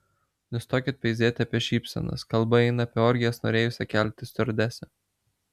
nustokit peizėti apie šypsenas kalba eina apie orgijas norėjusią kelti stiuardesę